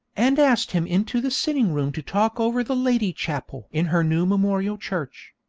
and asked him into the sitting-room to talk over the lady-chapel in her new memorial church.